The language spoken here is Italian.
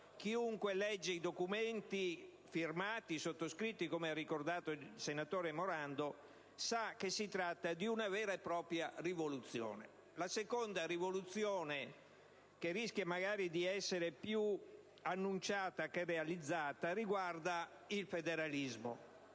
chiunque legga i documenti che sono stati sottoscritti, come ricordato dal senatore Morando, sa che si tratta di una vera e propria rivoluzione. La seconda rivoluzione, che rischia magari di essere più annunciata che realizzata, riguarda il federalismo.